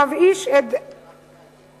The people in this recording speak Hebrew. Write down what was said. המבאיש את דמותנו.